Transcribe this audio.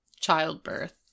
childbirth